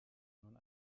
nun